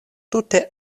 tute